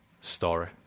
story